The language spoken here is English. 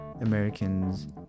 americans